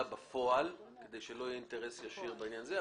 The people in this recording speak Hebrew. בפועל כדי שלא יהיה אינטרס ישיר בעניין הזה,